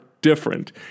different